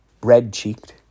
red-cheeked